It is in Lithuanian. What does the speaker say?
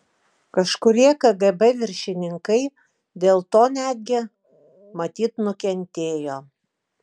kažkurie kgb viršininkai dėl to netgi matyt nukentėjo